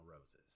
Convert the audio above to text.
roses